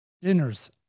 dinners